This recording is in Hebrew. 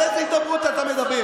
על איזו הידברות אתה מדבר?